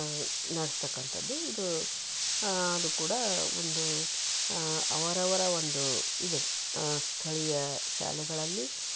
ಆ ನಡೆಸ್ತಕ್ಕಂಥದ್ದು ಇದು ಅದು ಕೂಡ ಒಂದು ಅವರವರ ಒಂದು ಇದು ಸ್ಥಳೀಯ ಶಾಲೆಗಳಲ್ಲಿ